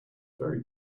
very